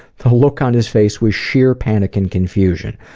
the look on his face was sheer panic and confusion.